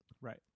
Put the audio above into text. Right